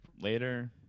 later